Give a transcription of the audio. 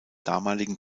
damaligen